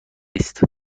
است